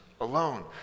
alone